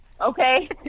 okay